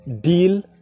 deal